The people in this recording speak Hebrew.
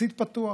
יחסית פתוח.